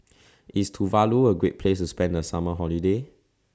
IS Tuvalu A Great Place to spend The Summer Holiday